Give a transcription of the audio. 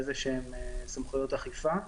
איזה שהן סמכויות אכיפה.